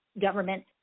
government